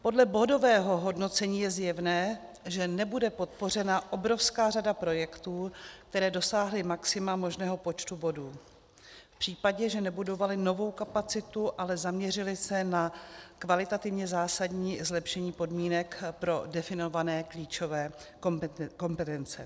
Podle bodového hodnocení je zjevné, že nebude podpořena obrovská řada projektů, které dosáhly maxima možného počtu bodů v případě, že nebudovaly novou kapacitu, ale zaměřily se na kvalitativně zásadní zlepšení podmínek pro definované klíčové kompetence.